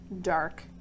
dark